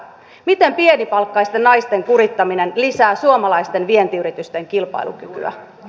miten pienipalkkaisten naisten kurittaminen lisää suomalaisten vientiyritysten kilpailukykyä